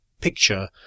picture